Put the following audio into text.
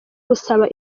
gusaba